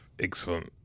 excellent